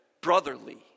Brotherly